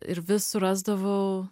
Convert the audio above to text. ir vis surasdavau